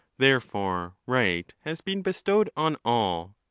therefore right has been bestowed on all.